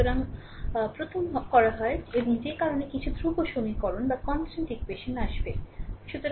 সুতরাং কর প্রথম হয় এবং যে কারণে কিছু ধ্রুব সমীকরণ আসবে